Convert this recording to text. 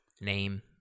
name